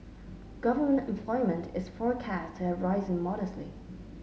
government employment is forecast to have risen modestly